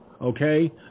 Okay